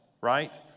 right